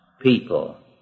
people